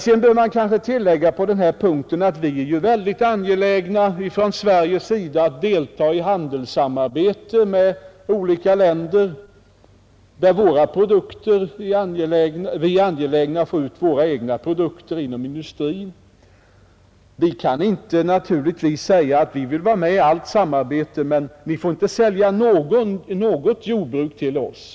Sedan bör man kanske tillägga på denna punkt att vi från Sveriges sida är mycket angelägna att delta i handelssamarbete med olika länder. Vi är angelägna om att få ut våra egna produkter från industrin. Vi kan naturligtvis inte säga: Vi vill vara med i allt samarbete, men ni får inte sälja några jordbruksprodukter till oss!